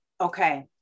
Okay